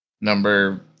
number